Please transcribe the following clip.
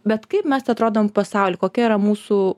bet kaip mes atrodom pasauly kokia yra mūsų